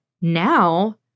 Now